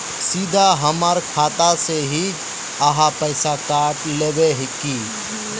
सीधा हमर खाता से ही आहाँ पैसा काट लेबे की?